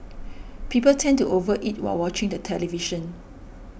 people tend to over eat while watching the television